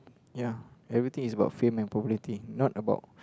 ya everything is about fame and popularity not about